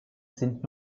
sind